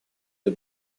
для